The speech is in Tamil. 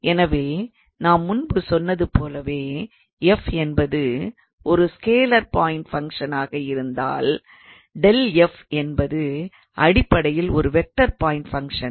எனவே நாம் முன்பு சொன்னது போலவே f என்பது ஒரு ஸ்கேலார் பாய்ண்ட் ஃபங்க்ஷனாக இருந்தால் ∇𝑓 என்பது அடிப்படையில் ஒரு வெக்டார் பாய்ண்ட் ஃபங்க்ஷன்